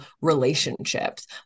relationships